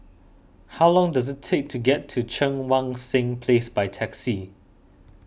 how long does it take to get to Cheang Wan Seng Place by taxi